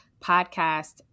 podcast